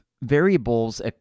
variables